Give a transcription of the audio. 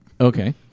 Okay